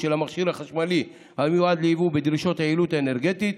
של המכשיר החשמלי המיועד ליבוא בדרישות היעילות האנרגטית,